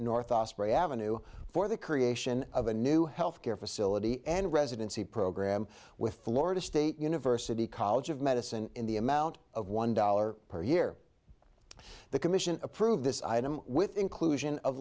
north avenue for the creation of a new health care facility and residency program with florida state university college of medicine in the amount of one dollar per year the commission approved this item with inclusion of